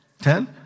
Ten